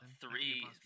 three